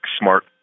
smart